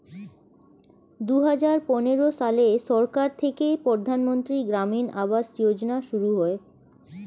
দুহাজার পনেরো সালে সরকার থেকে প্রধানমন্ত্রী গ্রামীণ আবাস যোজনা শুরু হয়